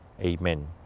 Amen